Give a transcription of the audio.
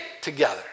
together